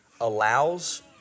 allows